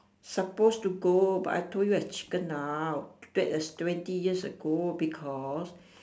suppose to go but I told you I chicken out that was twenty years ago because